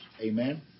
Amen